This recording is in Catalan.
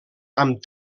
amb